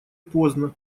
поздно